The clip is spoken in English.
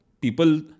People